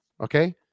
Okay